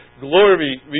glory